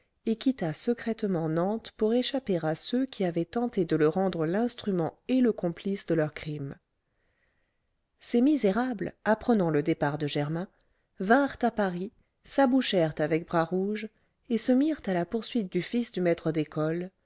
et quitta secrètement nantes pour échapper à ceux qui avaient tenté de le rendre l'instrument et le complice de leurs crimes ces misérables apprenant le départ de germain vinrent à paris s'abouchèrent avec bras rouge et se mirent à la poursuite du fils du maître d'école